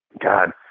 God